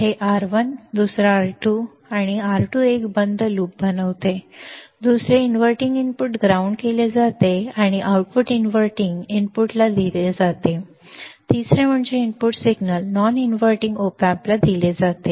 एक R R1 and R2 आणि R2 एक बंद लूप बनवते दुसरे इनव्हर्टिंग इनपुट ग्राउंड केले जाते आणि आउटपुट इनव्हर्टिंग इनपुटला दिले जाते तिसरे म्हणजे इनपुट सिग्नल नॉन इनव्हर्टिंग ओपॅम्पला दिले जाते